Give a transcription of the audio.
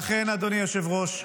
לכן, אדוני היושב-ראש,